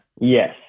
Yes